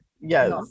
Yes